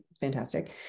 fantastic